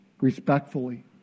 respectfully